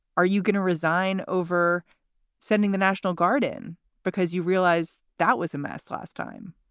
are you going to resign over sending the national guard in because you realize that was a mess last time?